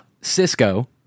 Cisco